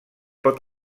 pot